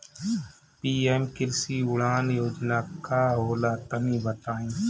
PM कृषि उड़ान योजना का होला तनि बताई?